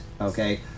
okay